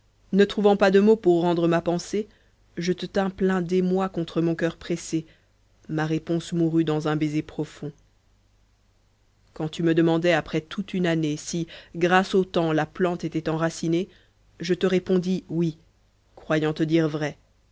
ne trouvant pas de mots pour rendre ma pensée je te tins plein d'émoi contre mon coeur pressée ma réponse mourut dans un baiser profond quand tu me demandais après toute une année si grâce au temps la plante était enracinée je te répondis oui croyant te dire vrai